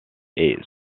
est